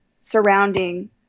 surrounding